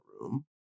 room